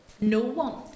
no-one